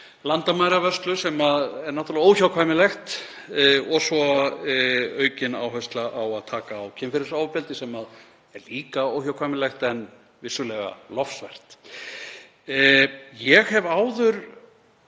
landamæravörslu, sem er náttúrlega óhjákvæmilegt, og svo aukinnar áherslu á að taka á kynferðisofbeldi, sem er líka óhjákvæmilegt en vissulega lofsvert. Ég hef áður